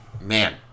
Man